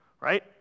right